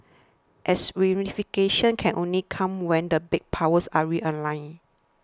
as reunification can only come when the big powers are realigned